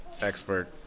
expert